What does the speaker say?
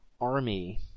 army